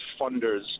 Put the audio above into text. funders